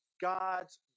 God's